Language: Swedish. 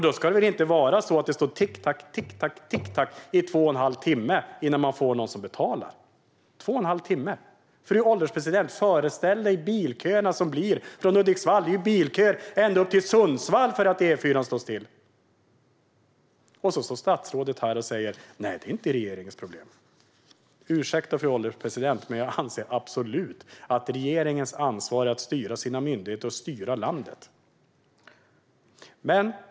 Då ska det väl inte heller vara så att det tickar på i två och en halv timme innan man får någon som betalar. Två och en halv timme - föreställ dig bilköerna som uppstår från Hudiksvall, fru ålderspresident! Det är ju bilköer ända upp till Sundsvall för att E4:an står still. Och här står statsrådet och säger: Nej, det är inte regeringens problem. Ursäkta, fru ålderspresident, men jag anser absolut att det är regeringens ansvar att styra sina myndigheter och styra landet.